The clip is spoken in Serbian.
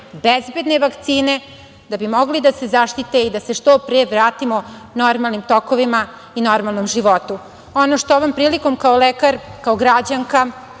bezbedne vakcine, da bi mogli da se zaštite i da se što pre vratimo normalnim tokovima i normalnom životu. Ono što ovom prilikom kao lekar, kao građanka,